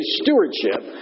stewardship